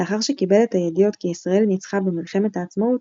לאחר שקיבל את הידיעות כי ישראל ניצחה במלחמת העצמאות,